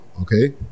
Okay